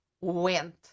went